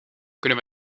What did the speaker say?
kunnen